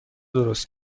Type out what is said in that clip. درست